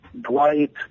Dwight